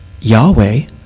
Yahweh